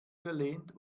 gelehnt